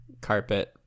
Carpet